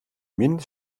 minh